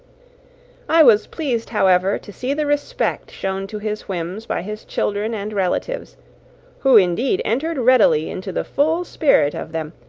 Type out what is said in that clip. i was pleased, however, to see the respect shown to his whims by his children and relatives who, indeed, entered readily into the full spirit of them,